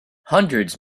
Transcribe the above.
hundreds